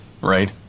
right